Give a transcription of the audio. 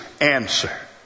answer